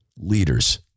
leaders